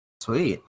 Sweet